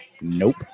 Nope